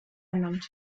ernannt